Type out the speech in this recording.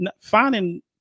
finding